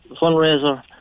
fundraiser